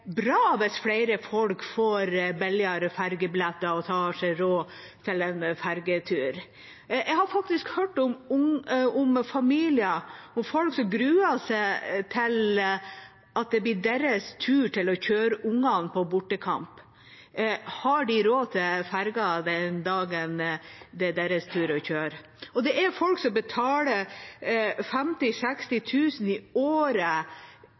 bra hvis flere får billigere ferjebilletter og tar seg råd til en ferjetur. Jeg har faktisk hørt om familier og folk som gruer seg til det blir deres tur å kjøre ungene på bortekamp: Har de råd til ferja den dagen det er deres tur å kjøre? Og det er folk som betaler 50 000–60 000 kr i året